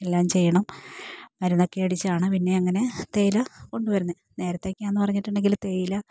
എല്ലാം ചെയ്യണം മരുന്നൊക്കെ അടിച്ചാണ് പിന്നെ അങ്ങനെ തേയില കൊണ്ട് വരുന്നത് നേരത്തെ ഒക്കെ എന്ന് പറഞ്ഞിട്ടുണ്ടെങ്കിൽ തേയില